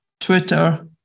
Twitter